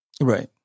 Right